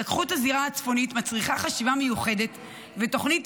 התלקחות הזירה הצפונית מצריכה חשיבה מיוחדת ותוכנית